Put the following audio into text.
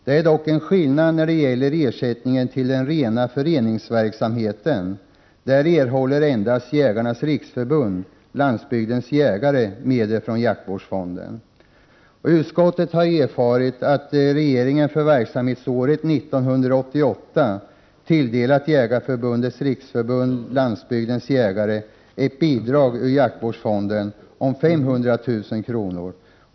Det är dock en skillnad när det gäller ersättning till den rena föreningsverksamheten. Där erhåller Jägarnas riksförbund-Landsbygdens jägare medel endast från jaktvårdsfonden. Utskottet har erfarit att regeringen för verksamhetsåret 1988 tilldelat Jägarnas riksförbund-Landsbygdens jägare ett bidrag ur jaktvårdsfonden om 500 000 kr.